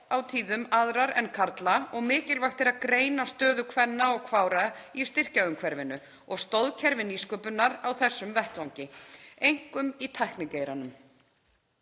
á tíðum aðrar en karla og mikilvægt er að greina stöðu kvenna og kvára í styrkjaumhverfinu og stoðkerfi nýsköpunar á þessum vettvangi, einkum í tæknigeiranum.